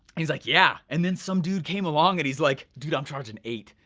he's like yeah. and then some dude came along and he's like, dude, i'm charging eight.